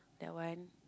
that one